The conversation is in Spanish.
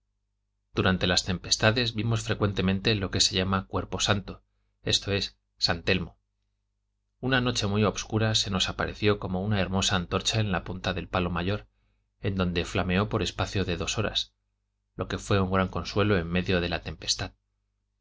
durante las tempestades vimos frecuentemente lo que se llama cuerpo santo esto es san telmo una noche muy obscura se nos apareció como una hermosa antorcha en la punta del palo mayor en donde flameó por espacio de dos horas lo que fué un gran consuelo en medio de la tempestad